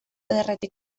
ederretik